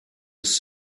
was